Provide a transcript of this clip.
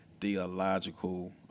theological